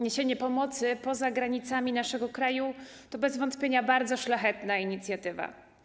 Niesienie pomocy poza granicami naszego kraju to bez wątpienia bardzo szlachetna inicjatywa.